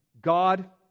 God